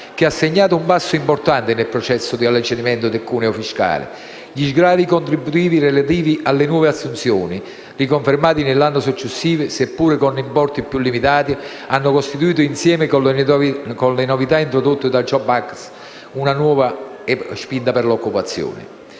che ha segnato un passo importante nel processo di alleggerimento del cuneo fiscale; gli sgravi contributivi relativi alle nuove assunzioni riconfermati nell'anno successivo, seppure per importi più limitati, hanno costituito, insieme con le novità introdotte dal *jobs act*, una spinta per la nuova occupazione.